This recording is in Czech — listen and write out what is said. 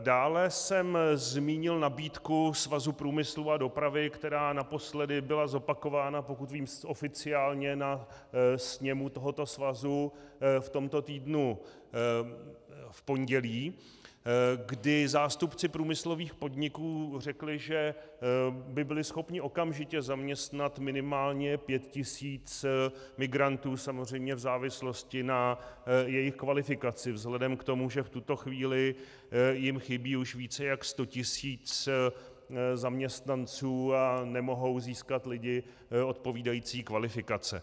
Dále jsem zmínil nabídku Svazu průmyslu a dopravy, která naposledy byla zopakována, pokud vím, oficiálně na sněmu tohoto svazu v tomto týdnu v pondělí, kdy zástupci průmyslových podniků řekli, že by byli schopni okamžitě zaměstnat minimálně 5 000 migrantů, samozřejmě v závislosti na jejich kvalifikaci, vzhledem k tomu, že v tuto chvíli jim chybí už více jak 100 000 zaměstnanců a nemohou získat lidi odpovídající kvalifikace.